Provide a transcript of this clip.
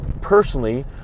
personally